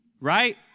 Right